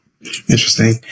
Interesting